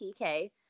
TK